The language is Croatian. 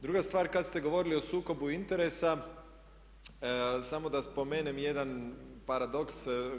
Druga stvar, kad ste govorili o sukobu interesa samo da spomenem jedan paradoks.